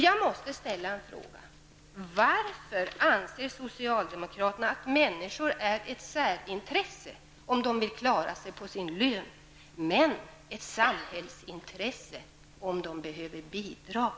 Jag måste ställa en fråga: Varför anser socialdemokraterna att människor är ett särintresse, om de vill klara sig på sin lön, men ett samhällsintresse om de behöver bidrag?